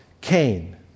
Cain